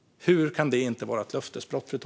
Hur kan det inte vara ett löftesbrott?